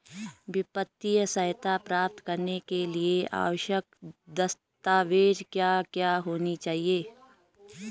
वित्तीय सहायता प्राप्त करने के लिए आवश्यक दस्तावेज क्या क्या होनी चाहिए?